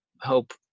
hope